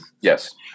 Yes